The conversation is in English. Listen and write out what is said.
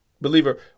Believer